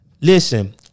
Listen